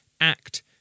act